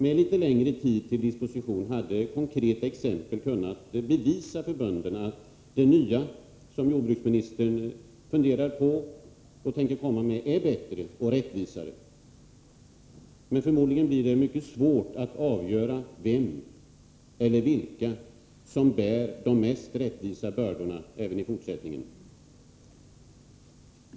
Med litet längre tid till disposition hade konkreta exempel kunnat bevisa för bönderna att de nya regler som jordbruksministern funderar på och tänker föreslå är bättre och rättvisare, men förmodligen blir det mycket svårt att avgöra vem eller vilka som bär de mest rättvisa bördorna även i fortsättningen.